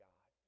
God